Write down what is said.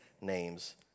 name's